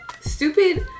stupid